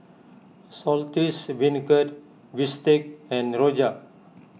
Saltish Beancurd Bistake and Rojak